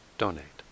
donate